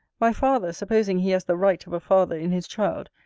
my father, supposing he has the right of a father in his child,